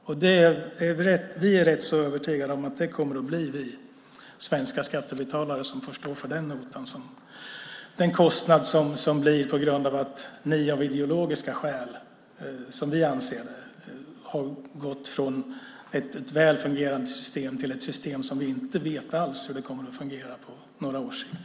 Och vi är rätt så övertygade om att det kommer att bli vi svenska skattebetalare som får stå för den notan och den kostnad som uppstår på grund av att ni av ideologiska skäl, som vi anser det vara, har gått från ett väl fungerande system till ett system som vi inte alls vet hur det kommer att fungera på några års sikt.